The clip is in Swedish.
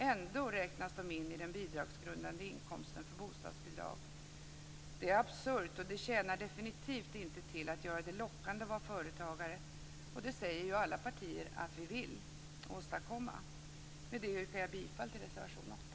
Ändå räknas de in i den bidragsgrundande inkomsten för bostadsbidrag. Det är absurt och det tjänar definitivt inte till att göra det lockande att vara företagare - och det säger ju alla partier att vi vill åstadkomma. Med detta yrkar jag bifall till reservation 8.